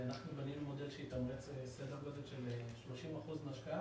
אנחנו בנינו מודל שייתן סדר גודל של 30 אחוזים מההשקעה